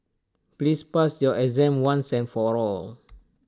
please pass your exam once and for all